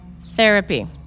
Therapy